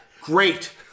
great